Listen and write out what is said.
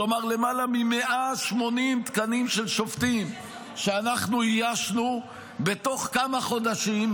כלומר למעלה מ-180 תקנים של שופטים שאנחנו איישנו בתוך כמה חודשים,